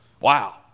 Wow